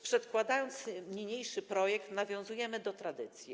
Przedkładając niniejszy projekt, nawiązujemy do tradycji.